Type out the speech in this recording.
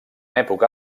època